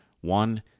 One